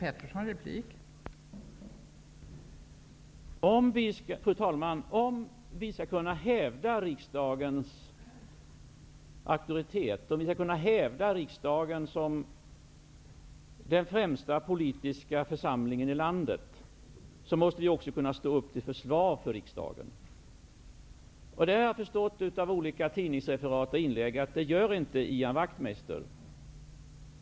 Fru talman! Om vi skall kunna hävda riksdagens auktoritet och om vi skall kunna hävda riksdagen som den främsta politiska församlingen i landet, måste vi också kunna stå upp till försvar av riksdagen. Av olika tidningsreferat och inlägg förstår jag att Ian Wachtmeister inte gör det.